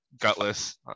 gutless